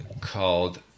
called